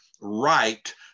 right